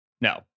No